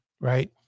right